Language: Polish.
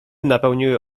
napełniły